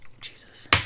Jesus